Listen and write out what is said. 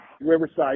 Riverside